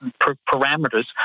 parameters